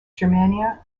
germania